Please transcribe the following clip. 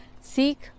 Seek